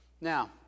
Now